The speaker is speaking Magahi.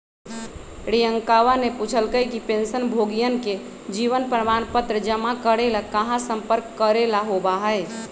रियंकावा ने पूछल कई कि पेंशनभोगियन के जीवन प्रमाण पत्र जमा करे ला कहाँ संपर्क करे ला होबा हई?